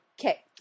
Okay